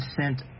sent